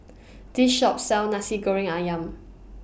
This Shop sells Nasi Goreng Ayam